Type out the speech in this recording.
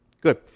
Good